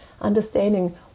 understanding